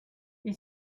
they